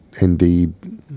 indeed